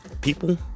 people